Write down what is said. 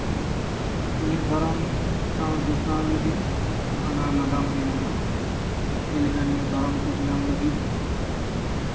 ᱱᱤᱭᱟᱹ ᱫᱷᱚᱨᱚᱢ ᱥᱟᱣ ᱡᱚᱯᱲᱟᱣ ᱞᱟᱹᱜᱤᱫ ᱚᱱᱟ ᱨᱮᱱᱟᱜ ᱱᱟᱜᱟᱢ ᱢᱮᱱᱟᱜᱼᱟ ᱡᱮᱞᱮᱠᱟ ᱱᱤᱭᱟᱹ ᱫᱷᱚᱨᱚᱢ ᱠᱳᱰ ᱧᱟᱢᱚᱜ ᱞᱟᱹᱜᱤᱫ